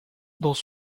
dans